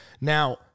Now